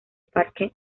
parque